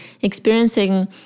Experiencing